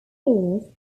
years